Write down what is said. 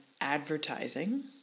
advertising